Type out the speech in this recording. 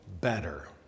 better